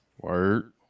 Word